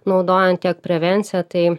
naudojant tiek prevenciją tai